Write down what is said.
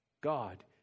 God